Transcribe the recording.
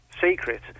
secret